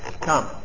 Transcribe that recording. come